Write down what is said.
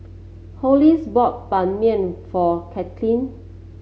Hollis bought Ban Mian for Cathleen